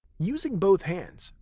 using both hands,